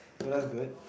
so that's good